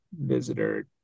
visitor